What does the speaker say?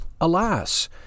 Alas